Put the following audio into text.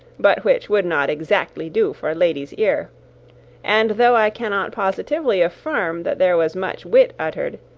but which would not exactly do for a lady's ear and though i cannot positively affirm that there was much wit uttered,